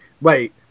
wait